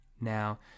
Now